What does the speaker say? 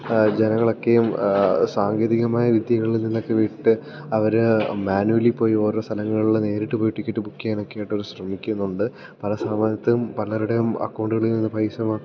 ജനങ്ങളൊക്കെയും സാങ്കേതികമായ വിദ്യകളിൽ നിന്നൊക്കെ വിട്ട് അവർ മാന്വലി പോയി ഓരോ സ്ഥലങ്ങളിൽ നേരിട്ട് പോയി ടിക്കറ്റ് ബുക്ക് ചെയ്യാനൊക്കെയായിട്ട് ശ്രമിക്കുന്നുണ്ട് പല സമയത്തും പലരുടെയും അക്കൗണ്ടുകളിൽനിന്ന് പൈസ